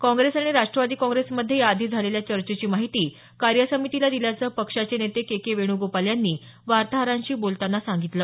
काँग्रेस आणि राष्ट्रवादी काँग्रेसमध्ये याआधी झालेल्या चर्चेची माहिती कार्यसमितीला दिल्याचं पक्षाचे नेते के के वेणुगोपाल यांनी वार्ताहरांशी बोलताना सांगितलं